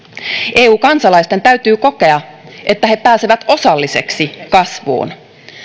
eu kansalaisten täytyy kokea että he pääsevät osalliseksi kasvuun